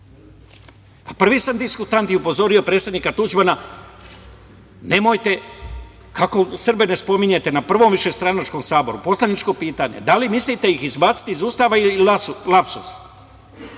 sam diskutant i upozorio predsednika Tuđmana – kako Srbe ne spominjete na prvom višestranačkom saboru. Poslaničko pitanje - da li mislite da ih izbacite iz Ustava ili lapsus?